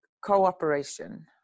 cooperation